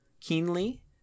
Keenly